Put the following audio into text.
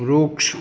વૃક્ષ